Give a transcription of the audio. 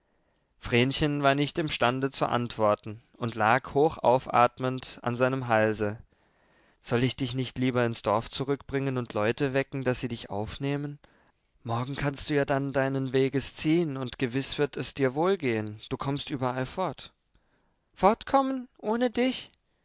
vrenchen war nicht imstande zu antworten und lag hochaufatmend an seinem halse soll ich dich nicht lieber ins dorf zurückbringen und leute wecken daß sie dich aufnehmen morgen kannst du ja dann deinen weges ziehen und gewiß wird es dir wohlgehen du kommst überall fort fortkommen ohne dich